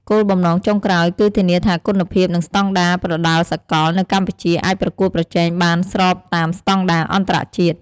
គោលបំណងចុងក្រោយគឺធានាថាគុណភាព និងស្តង់ដារប្រដាល់សកលនៅកម្ពុជាអាចប្រកួតប្រជែងបានស្របតាមស្តង់ដារអន្តរជាតិ។